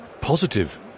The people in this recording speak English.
positive